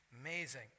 Amazing